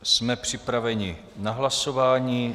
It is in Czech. Jsme připraveni na hlasování.